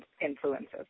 influences